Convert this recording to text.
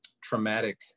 traumatic